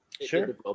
sure